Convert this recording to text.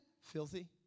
Filthy